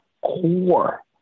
core